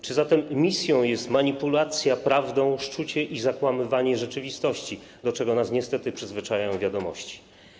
Czy zatem misją jest manipulacja prawdą, szczucie i zakłamywanie rzeczywistości, do czego nas niestety przyzwyczajają „Wiadomości”